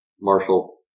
Marshall